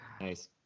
nice